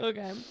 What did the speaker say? Okay